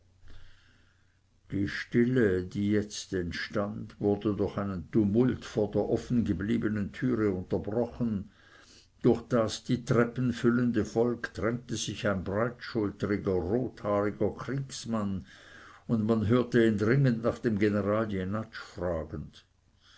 die stille die jetzt entstand wurde durch einen tumult vor der offen gebliebenen türe unterbrochen durch das die treppen füllende volk drängte sich ein breitschultriger rothaariger kriegsmann und man hörte ihn dringend nach dem general jenatsch fragen